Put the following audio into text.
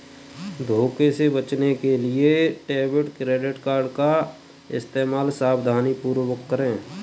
धोखे से बचने के लिए डेबिट क्रेडिट कार्ड का इस्तेमाल सावधानीपूर्वक करें